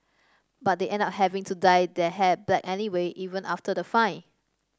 but they end up having to dye their hair black anyway even after the fine